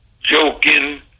joking